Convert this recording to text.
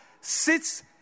sits